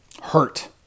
hurt